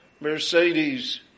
Mercedes